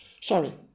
Sorry